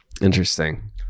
Interesting